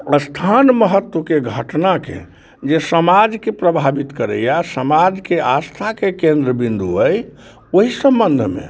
स्थान महत्त्वके घटनाके जे समाजके प्रभाबित करैय समाजके आस्थाके केन्द्रबिन्दु अइ ओइ सम्बन्धमे